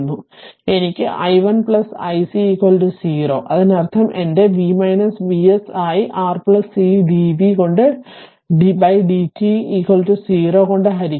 അതിനർത്ഥം എനിക്ക് i 1 i c 0 അതിനർത്ഥം ഇത് എന്റെ V V s ആയി R c d v കൊണ്ട് d t 0 വലത് കൊണ്ട് ഹരിക്കുന്നു